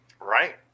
right